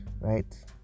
right